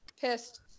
pissed